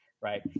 right